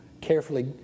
carefully